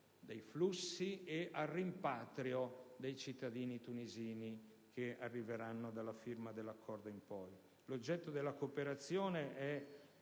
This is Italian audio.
dei flussi e al rimpatrio dei cittadini tunisini che arriveranno dalla sua firma in poi. L'oggetto della cooperazione è